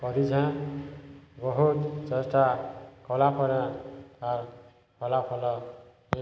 କରିଛି ବହୁତ ଚେଷ୍ଟା କଲା ପରେ ଫଳା ଫଳ